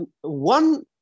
one